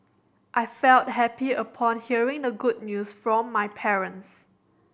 I felt happy upon hearing the good news from my parents